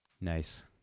Nice